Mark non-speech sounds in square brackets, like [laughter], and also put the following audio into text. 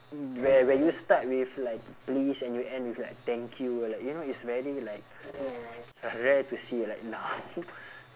[noise] where where you start with like please and you end with like thank you like you know it's very like rare to see like now